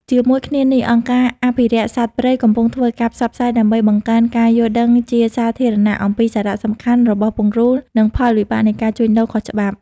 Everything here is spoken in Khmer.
ជាមួយគ្នានេះ អង្គការអភិរក្សសត្វព្រៃកំពុងធ្វើការផ្សព្វផ្សាយដើម្បីបង្កើន ការយល់ដឹងជាសាធារណៈ អំពីសារៈសំខាន់របស់ពង្រូល និងផលវិបាកនៃការជួញដូរខុសច្បាប់។